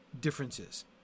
differences